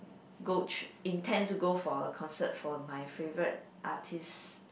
go~ intend to go for a concert for my favorite artist